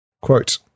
Quote